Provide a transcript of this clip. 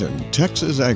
Texas